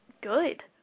good